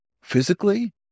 physically